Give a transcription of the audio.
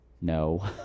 No